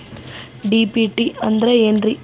DBT ಅಂದ್ರ ಏನ್ರಿ?